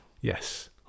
Yes